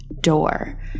door